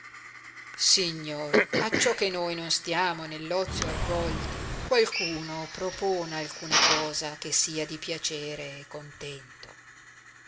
signor acciò che noi non stiamo nell ozio avvolti qualcuno propona alcuna cosa che sia di piacere e contento